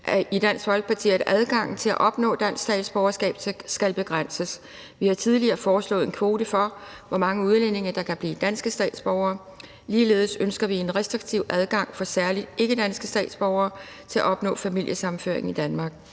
i Dansk Folkeparti, at adgangen til at opnå dansk statsborgerskab skal begrænses. Vi har tidligere foreslået en kvote for, hvor mange udlændinge der kan blive danske statsborgere, og ligeledes ønsker vi en restriktiv adgang for særlig ikkedanske statsborgere til at opnå familiesammenføring i Danmark.